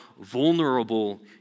vulnerable